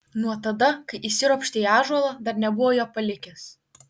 nuo tada kai įsiropštė į ąžuolą dar nebuvo jo palikęs